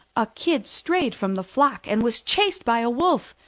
a kid strayed from the flock and was chased by a wolf.